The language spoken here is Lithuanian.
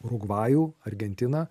urugvajų argentiną